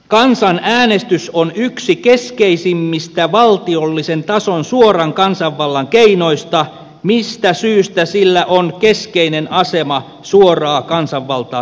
kansanäänestys on yksi keskeisimmistä valtiollisen tason suoran kansanvallan keinoista mistä syystä sillä on keskeinen asema suoraa kansanvaltaa kehitettäessä